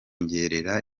kugira